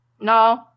no